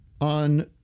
On